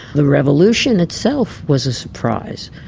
the revolution itself was a surprise.